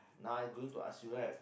now I going to ask you right